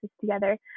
together